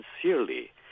sincerely